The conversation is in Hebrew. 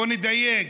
בואו נדייק,